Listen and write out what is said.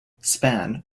span